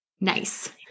Nice